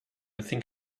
think